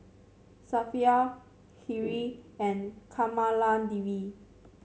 Suppiah Hri and Kamaladevi